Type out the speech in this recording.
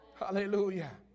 Hallelujah